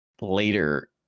later